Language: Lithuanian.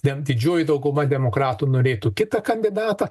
ten didžioji dauguma demokratų norėtų kitą kandidatą